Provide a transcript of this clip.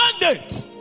mandate